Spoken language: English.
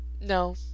No